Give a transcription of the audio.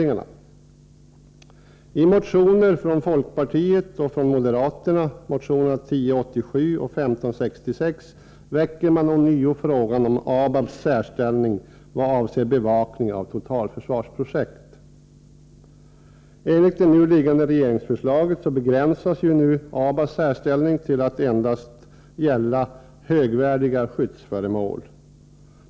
I motionerna 1087 från folkpartiet och 1566 från moderaterna väcker man ånyo frågan om ABAB:s särställning vad avser bevakning av totalförsvarsobjekt. Enligt det föreliggande regeringsförslaget begränsas nu ABAB:s särställning till att endast gälla bevakning av högvärdiga skyddsföremål.